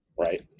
Right